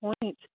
point